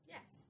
Yes